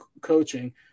coaching